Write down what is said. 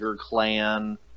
Clan